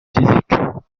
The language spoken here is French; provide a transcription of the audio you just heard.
physiques